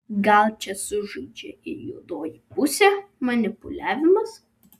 gal čia sužaidžia ir juodoji pusė manipuliavimas